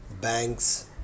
banks